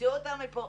תוציאו אותם מכאן.